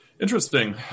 Interesting